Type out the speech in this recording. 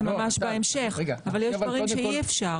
זה ממש בהמשך, אבל יש דברים שאי אפשר.